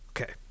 Okay